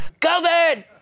COVID